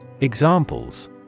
Examples